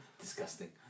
Disgusting